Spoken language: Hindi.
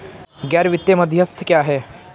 गैर वित्तीय मध्यस्थ क्या हैं?